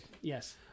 Yes